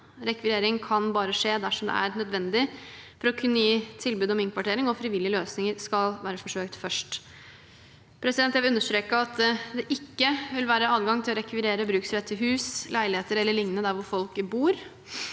Rekvirering kan bare skje dersom det er nødvendig for å kunne gi tilbud om innkvartering, og frivillige løsninger skal være forsøkt først. Jeg vil understreke at det ikke vil være adgang til å rekvirere bruksrett til hus, leiligheter e.l. hvor folk bor,